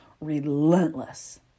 relentless